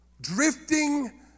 Drifting